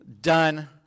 done